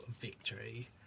victory